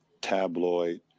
tabloid